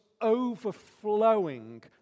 overflowing